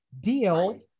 deal